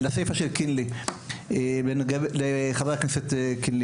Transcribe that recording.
של חבר הכנסת קינלי.